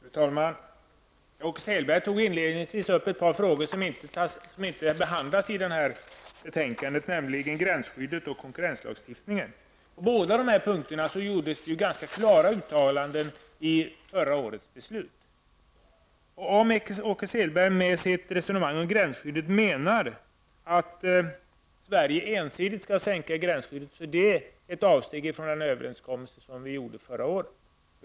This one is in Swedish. Fru talman! Åke Selberg tog inledningsvis upp ett par frågor som inte behandlas i det här betänkandet, nämligen gränsskyddet och konkurrenslagstiftningen. På båda dessa punkter gjordes ju ganska klara uttalanden i förra årets beslut. Om Åke Selberg med sitt resonemang om gränsskyddet menar att Sverige ensidigt skall sänka gränsskyddet, är det ett avsteg från en överenskommelse som vi gjorde förra året.